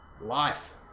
life